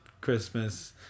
christmas